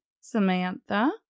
Samantha